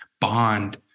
bond